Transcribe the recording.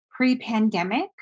Pre-pandemic